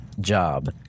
job